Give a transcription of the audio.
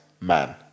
man